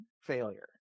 failure